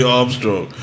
Armstrong